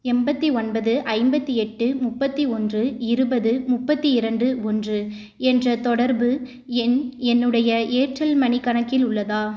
எண்பத்தி ஒன்பது ஐம்பத்து எட்டு முப்பத்து ஒன்று இருபது முப்பத்து இரண்டு ஒன்று என்ற தொடர்பு எண் என்னுடைய ஏர்டெல் மனி கணக்கில் உள்ளதா